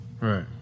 Right